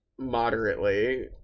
moderately